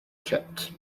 kit